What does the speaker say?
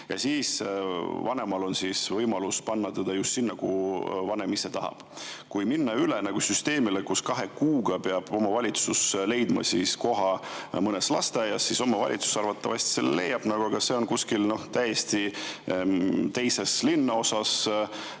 on vanemal võimalus panna ta just sinna, kuhu vanem ise tahab. Kui minna üle süsteemile, kus kahe kuuga peab omavalitsus leidma koha mõnes lasteaias, siis omavalitsus arvatavasti selle leiab, aga see on kuskil teises linnaosas,